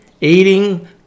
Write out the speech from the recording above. eating